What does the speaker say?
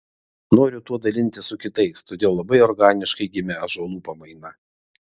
noriu tuo dalintis su kitais todėl labai organiškai gimė ąžuolų pamaina